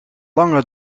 lange